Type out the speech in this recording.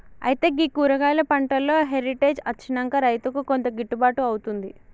అయితే గీ కూరగాయలు పంటలో హెరిటేజ్ అచ్చినంక రైతుకు కొంత గిట్టుబాటు అవుతుంది